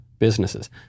businesses